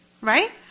Right